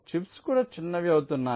chips కూడా చిన్నవి అవుతున్నాయి